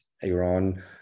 Iran